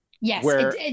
Yes